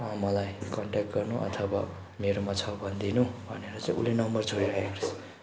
अँ मलाई कन्ट्याक गर्नु अथवा मेरोमा छ भनिदिनु भनेर चाहिँ उसले नम्बर छोडिरहेको रहेछ